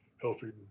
helping